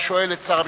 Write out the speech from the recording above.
השואל את שר המשפטים.